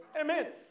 Amen